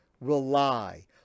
rely